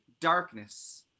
darkness